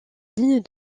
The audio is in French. ligne